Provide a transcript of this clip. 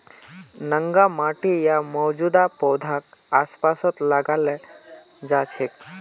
नंगा माटी या मौजूदा पौधाक आसपास लगाल जा छेक